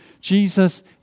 Jesus